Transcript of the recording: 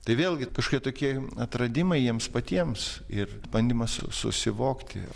tai vėlgi kašokie tokie atradimai jiems patiems ir bandymas susivokti